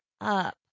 up